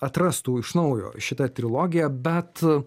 atrastų iš naujo šitą trilogiją bet